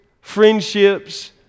friendships